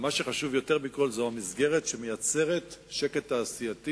מה שחשוב יותר מכול הוא המסגרת שמייצרת שקט תעשייתי